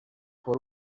por